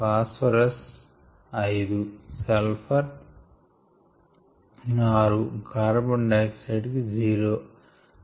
phosphorus విలువ 5 sulphur 6 CO2 కి 0 H2O కి 0